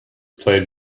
played